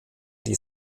die